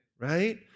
right